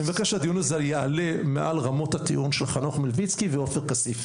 אני מבקש שהדיון הזה יעלה מעל רמות הטיעון של חנוך מילביצקי ועופר כסיף,